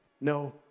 No